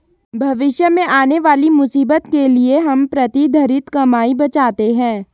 भविष्य में आने वाली मुसीबत के लिए हम प्रतिधरित कमाई बचाते हैं